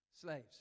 Slaves